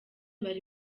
bari